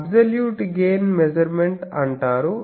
absolute gain measurement అంటారు